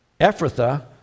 Ephrathah